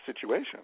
situation